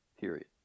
Period